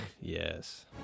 Yes